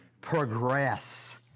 progress